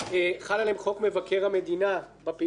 חל עליהם חוק מבקר המדינה בפעילות הזו,